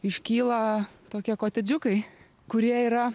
iškyla tokie kotedžiukai kurie yra